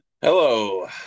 Hello